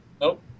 Nope